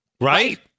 Right